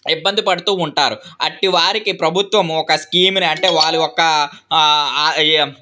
ఇబ్బంది పడుతు ఉంటారు అట్టి వారికి ప్రభుత్వము ఒక స్కీముని అంటే వాళ్ళు యొక్క